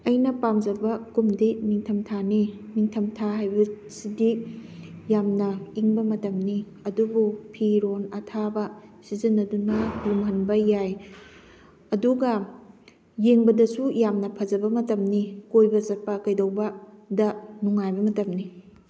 ꯑꯩꯅ ꯄꯥꯝꯖꯕ ꯀꯨꯝꯗꯤ ꯅꯤꯡꯊꯝꯊꯥꯅꯤ ꯅꯤꯡꯊꯝꯊꯥ ꯍꯥꯏꯕꯁꯤꯗꯤ ꯌꯥꯝꯅ ꯏꯪꯕ ꯃꯇꯝꯅꯤ ꯑꯗꯨꯕꯨ ꯐꯤꯔꯣꯟ ꯑꯥꯊꯥꯕ ꯁꯤꯖꯤꯟꯅꯗꯨꯅ ꯂꯨꯝꯍꯟꯕ ꯌꯥꯏ ꯑꯗꯨꯒ ꯌꯦꯡꯕꯗꯁꯨ ꯌꯥꯝꯅ ꯐꯖꯕ ꯃꯇꯝꯅꯤ ꯀꯣꯏꯕ ꯆꯠꯄ ꯀꯩꯗꯧꯕꯗ ꯅꯨꯡꯉꯥꯏꯕ ꯃꯇꯝꯅꯤ